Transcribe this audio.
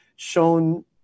Shown